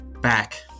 Back